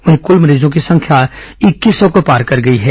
वहीं कूल मरीजों की संख्या इक्कीस सौ को पार कर गई है